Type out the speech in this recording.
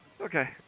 Okay